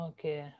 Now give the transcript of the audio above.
Okay